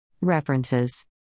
References